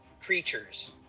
creatures